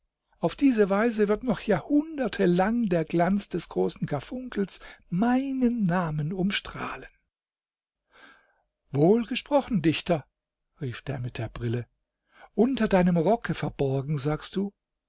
auf diese weise wird noch jahrhunderte lang der glanz des großen karfunkels meinen namen umstrahlen wohl gesprochen dichter rief der mit der brille unter deinem rocke verborgen sagst du